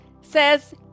says